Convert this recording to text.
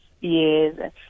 Yes